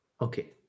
okay